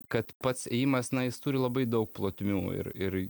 kad pats ėjimas na jis turi labai daug plotmių ir ir